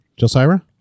Josira